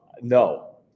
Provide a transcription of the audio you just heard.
no